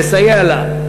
ולסייע לה,